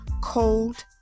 cold